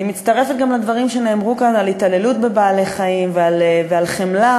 אני מצטרפת גם לדברים שנאמרו כאן על התעללות בבעלי-חיים ועל חמלה,